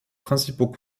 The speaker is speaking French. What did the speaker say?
principaux